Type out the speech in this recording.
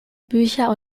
bücher